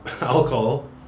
alcohol